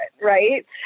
Right